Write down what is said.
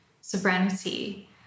sovereignty